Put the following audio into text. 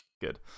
Good